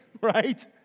right